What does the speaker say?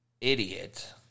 idiot